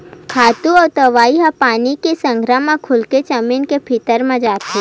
खातू अउ दवई ह पानी के संघरा म घुरके जमीन के भीतरी म जाथे